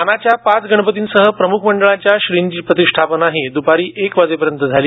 मानाच्या पाच गणपतींसह प्रमुख मंडळांच्या श्रींची प्रतिष्ठापनाही दुपारी एक वाजेपर्यंत झाली